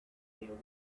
yogurt